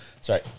sorry